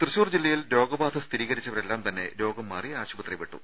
തൃശൂർ ജില്ലയിൽ രോഗബാധ സ്ഥിരീകരിച്ചവരെല്ലാം തന്നെ രോഗം മാറി ആശുപത്രി വിട്ടു